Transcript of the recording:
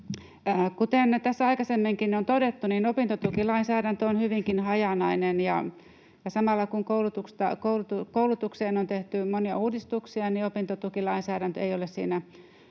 Kuten tässä aikaisemminkin on todettu, opintotukilainsäädäntö on hyvinkin hajanainen. Samalla, kun koulutukseen on tehty monia uudistuksia, opintotukilainsäädäntö ei ole siinä